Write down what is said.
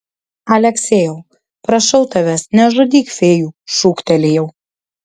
aleksejau prašau tavęs nežudyk fėjų šūktelėjau